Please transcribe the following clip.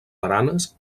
baranes